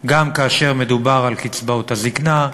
גם כאשר מדובר על קצבאות הזיקנה,